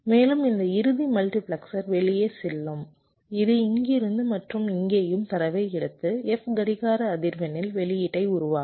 மேலும் இந்த இறுதி மல்டிபிளெக்சர் வெளியே செல்லும் இது இங்கிருந்து மற்றும் இங்கேயும் தரவை எடுத்து f கடிகார அதிர்வெண்ணில் வெளியீட்டை உருவாக்கும்